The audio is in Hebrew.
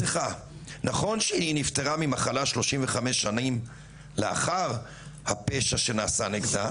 נכון שהיא נפטרה ממחלה 35 שנים לאחר אותו פשע שנעשה נגדה.